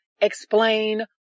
explain